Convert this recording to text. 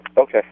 Okay